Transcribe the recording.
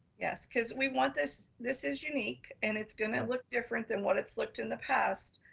yes. cause we want this, this is unique and it's gonna look different than what it's looked in the past,